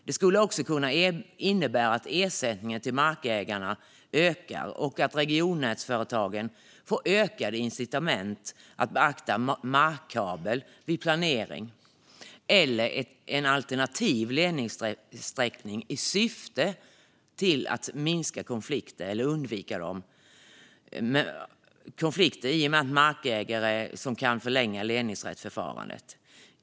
Det skulle också kunna innebära att ersättningen till markägare ökar och att regionnätsföretagen får ökade incitament att beakta markkabel vid planering eller en alternativ ledningssträckning i syfte att undvika konflikter med markägare som kan förlänga ledningsrättsförfarandet.